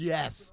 Yes